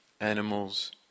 animals